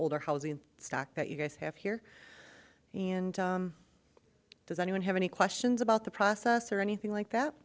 older housing stock that you guys have here and does anyone have any questions about the process or anything like that